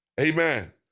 Amen